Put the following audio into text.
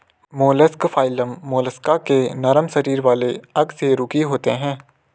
mollusc phylum Mollusca के नरम शरीर वाले अकशेरुकी होते हैं